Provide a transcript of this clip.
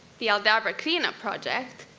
the aldabra clean up project,